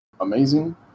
Amazing